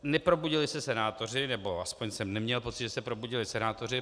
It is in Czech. Neprobudili se senátoři, nebo aspoň jsem neměl pocit, že se probudili senátoři.